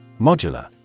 Modular